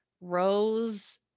Rose